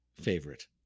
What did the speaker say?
favorite